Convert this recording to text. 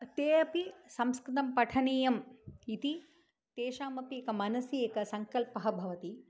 ते अपि संस्कृतं पठनीयम् इति तेषाम् अपि एका मनसि एकः सङ्कल्पः भवति